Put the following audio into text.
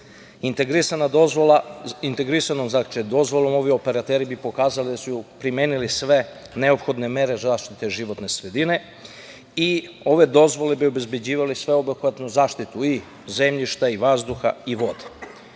stručnih kadrova. Integrisanom dozvolom ovi operateri bi pokazali da su primenili sve neophodne mere zaštite životne sredine i ove dozvole bi obezbeđivale sveobuhvatnu zaštitu i zemljišta i vazduha i vode. Na